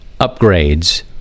upgrades